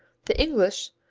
the english,